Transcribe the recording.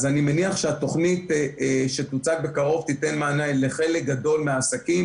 אז אני מניח שהתוכנית שתוצג בקרוב תיתן מענה לחלק גדול מהעסקים,